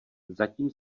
zatím